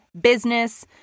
business